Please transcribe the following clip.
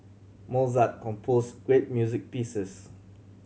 Mozart composed great music pieces